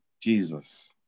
Jesus